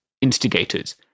instigators